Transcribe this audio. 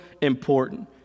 important